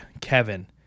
Kevin